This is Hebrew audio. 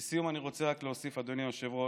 לסיום, אני רוצה רק להוסיף, אדוני היושב-ראש: